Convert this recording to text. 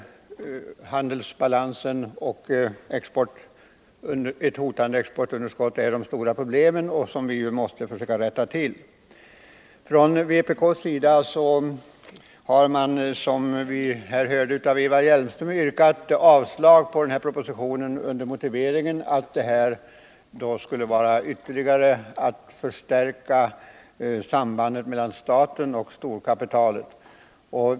Handelsbalansen och ett hotande exportunderskott är de stora problem som vi måste försöka rätta till. Från vpk har man, som vi här hörde av Eva Hjelmström, yrkat avslag på propositionen, under motiveringen att förslaget skulle innebära att man ytterligare förstärker sambandet mellan staten och storkapitalet.